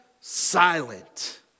silent